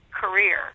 career